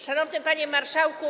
Szanowny Panie Marszałku!